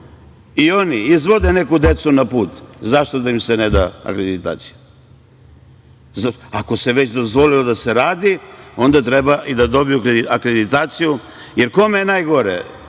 i oni izvode neku decu na put, zašto da im se ne da akreditacija? Ako se već dozvolilo da se radi, onda treba da dobiju akreditaciju, jer kome je najgore?